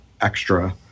extra